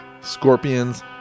Scorpions